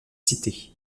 cité